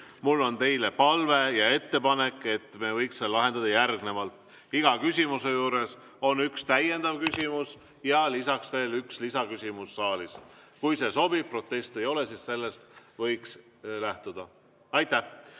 Mul on teile palve ja ettepanek, et me võiksime selle lahendada järgnevalt: iga küsimuse juures on üks täiendav küsimus ja lisaks veel üks küsimus saalist. Kui see sobib ja proteste ei ole, siis sellest võiks lähtuda. Alustame